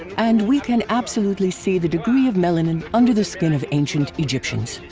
and we can absolutely see the degree of melanin under the skin of ancient egyptians.